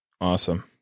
awesome